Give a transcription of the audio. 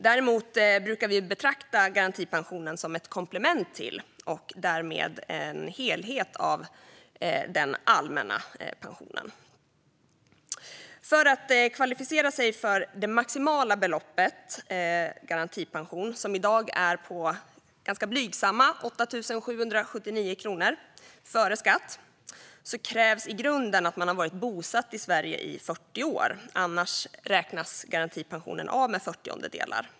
Däremot brukar vi betrakta garantipensionen som ett komplement till och därmed en del av den allmänna pensionen som helhet. För att kvalificera sig för det maximala beloppet för garantipension, som i dag är ganska blygsamma 8 779 kronor före skatt, krävs i grunden att man varit bosatt i Sverige i 40 år. Annars räknas garantipensionen av med fyrtiondelar.